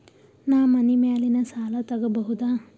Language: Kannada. ನಾ ಮನಿ ಮ್ಯಾಲಿನ ಸಾಲ ತಗೋಬಹುದಾ?